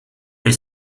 les